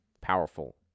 powerful